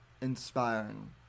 inspiring